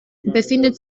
befindet